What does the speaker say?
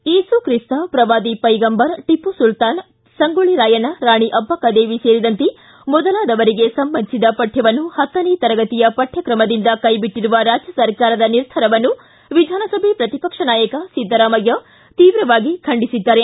ಏಸು ತ್ರಿಸ್ತ ಪ್ರವಾದಿ ಪೈಗಂಬರ್ ಟಪ್ಪುಸುಲ್ತಾನ್ ಸಂಗೊಳ್ಳಿ ರಾಯಣ್ಣ ರಾಣಿ ಅಬ್ಬಕ್ಕದೇವಿ ಮೊದಲಾದವರಿಗೆ ಸಂಬಂಧಿಸಿದ ಪಠ್ಯವನ್ನು ಪತ್ತನೇ ತರಗತಿಯ ಪಠ್ಯಕಮದಿಂದ ಕೈಬಿಟ್ಟರುವ ರಾಜ್ಯ ಸರ್ಕಾರದ ನಿರ್ಧಾರವನ್ನು ವಿಧಾನಸಭೆ ಪ್ರತಿಪಕ್ಷ ನಾಯಕ ಸಿದ್ದರಾಮಯ್ಯ ತೀವ್ರವಾಗಿ ಖಂಡಿಸಿದ್ದಾರೆ